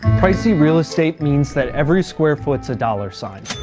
pricey real estate means that every square foot's a dollar sign,